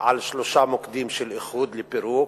על שלושה מוקדים של איחוד לפירוק,